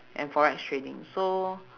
and forex trading so